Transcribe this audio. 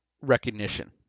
recognition